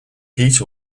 heat